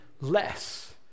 less